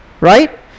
right